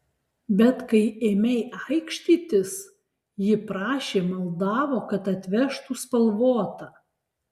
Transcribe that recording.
bet kai ėmei aikštytis ji prašė maldavo kad atvežtų spalvotą